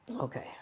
Okay